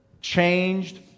changed